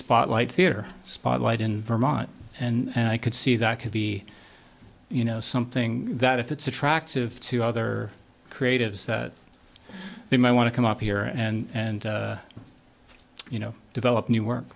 spotlight theater spotlight in vermont and i could see that could be you know something that if it's attractive to other creatives they might want to come up here and you know develop new